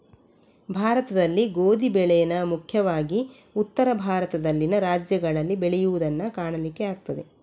ಭಾರತದಲ್ಲಿ ಗೋಧಿ ಬೆಳೇನ ಮುಖ್ಯವಾಗಿ ಉತ್ತರ ಭಾರತದಲ್ಲಿನ ರಾಜ್ಯಗಳಲ್ಲಿ ಬೆಳೆಯುದನ್ನ ಕಾಣಲಿಕ್ಕೆ ಆಗ್ತದೆ